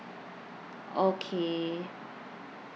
okay